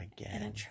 again